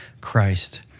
Christ